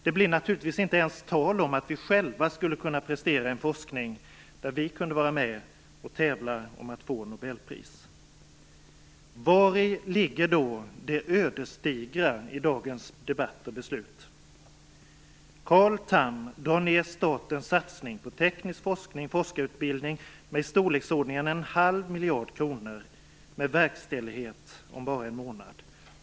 Det blir naturligtvis inte tal om att vi själva skulle kunna prestera en forskning där vi kunde vara med och tävla om att få nobelpris. Vari ligger då det ödesdigra i dagens debatt och beslut? Carl Tham drar ned statens satsning på teknisk forskning och forskarutbildning med i storleksordningen en halv miljard kronor, med verkställighet om bara en månad.